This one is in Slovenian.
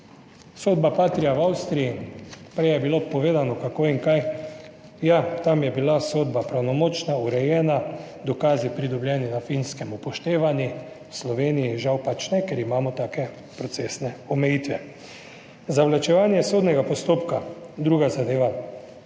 (nadaljevanje) prej je bilo povedano, kako in kaj. Ja, tam je bila sodba pravnomočna, urejena, dokazi pridobljeni, na Finskem upoštevani, v Sloveniji, žal, pač ne, ker imamo take procesne omejitve. Zavlačevanje sodnega postopka, druga zadeva.